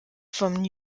vom